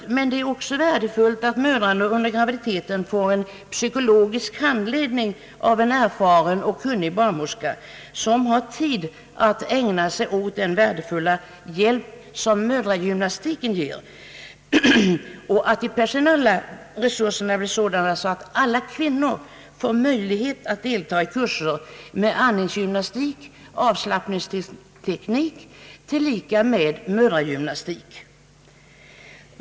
Det är naturligtvis också värdefullt att mödrarna under graviditeten får en psykologisk handledning av en erfaren och kunnig barnmorska som har tid ägna sig åt den goda hjälp som mödragymnastiken ger och att de personella resurserna blir sådana att alla kvinnor får möjlighet att delta i kurser med andningsgymnastik och avslappningsteknik tillsammans med mödragymnastik.